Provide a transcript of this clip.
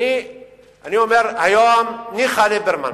ניחא ליברמן.